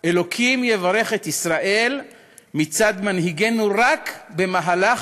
"אלוקים יברך את ישראל" מצד מנהיגינו רק במהלך